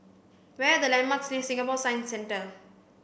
where are the landmarks near Singapore Science Centre